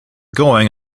going